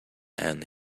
and